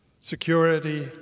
security